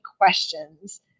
questions